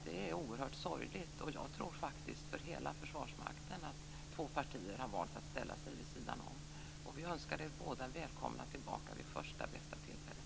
Det är oerhört sorgligt för hela Försvarsmakten att två partier har valt att ställa sig vid sidan om Försvarsberedningen. Vi önskar er båda välkomna tillbaka vid första bästa tillfälle.